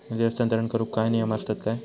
निधी हस्तांतरण करूक काय नियम असतत काय?